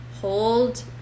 Hold